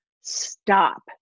stop